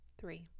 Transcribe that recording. three